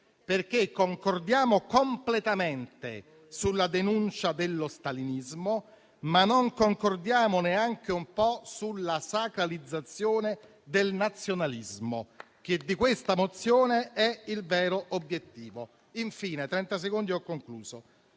perché concordiamo completamente sulla denuncia dello stalinismo, ma non concordiamo neanche un po' sulla sacralizzazione del nazionalismo che di questa mozione è il vero obiettivo. Infine considero